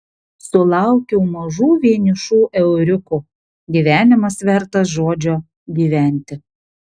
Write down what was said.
sulaukiau mažų vienišų euriukų gyvenimas vertas žodžio gyventi